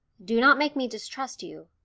do not make me distrust you.